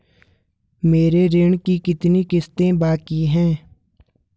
मेरे ऋण की कितनी किश्तें बाकी हैं?